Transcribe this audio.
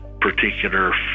particular